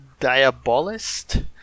Diabolist